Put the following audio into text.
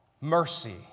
mercy